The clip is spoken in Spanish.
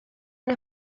una